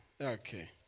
Okay